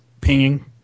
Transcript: pinging